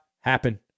happen